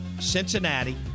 Cincinnati